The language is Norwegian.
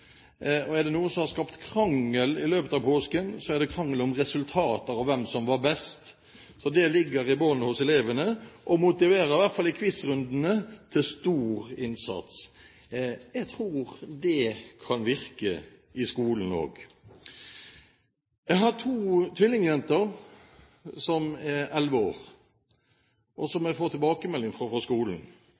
og er det noe som har skapt krangel i løpet av påsken, er det resultater og spørsmålet om hvem som var best. Det ligger i bunnen hos elevene og motiverer – i hvert fall i quiz-rundene – til stor innsats. Jeg tror det kan virke i skolen også. Jeg har to tvillingjenter som er elleve år, som jeg får tilbakemelding på fra skolen